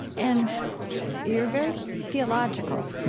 and you're very theological.